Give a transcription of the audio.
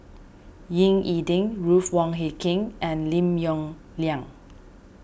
Ying E Ding Ruth Wong Hie King and Lim Yong Liang